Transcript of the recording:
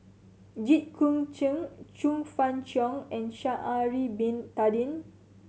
Jit Koon Ch'ng Chong Fah Cheong and Sha'ari Bin Tadin